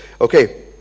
Okay